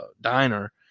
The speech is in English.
diner